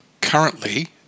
Currently